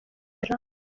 rev